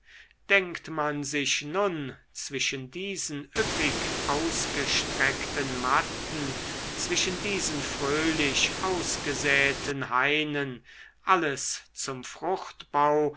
denkt man sich nun zwischen diesen üppig ausgestreckten matten zwischen diesen fröhlich ausgesäeten hainen alles zum fruchtbau